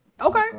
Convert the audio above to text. Okay